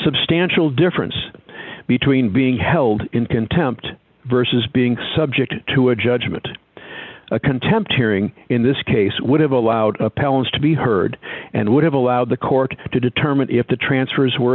substantial difference between being held in contempt vs being subject to a judgement a contempt hearing in this case would have allowed a palace to be heard and would have allowed the court to determine if the transfers were